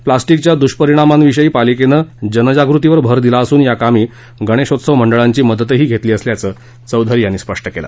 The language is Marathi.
प्लॅस्टिकच्या दुष्परिणामांविषयी पालिकेनं जनजागृतीवर भर दिला असून या कामी गणेशोत्सव मंडळांची मदतही घेतली असल्याचं चौधरी म्हणाल्या